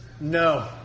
No